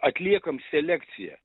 atliekam selekciją